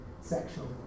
sexual